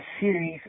series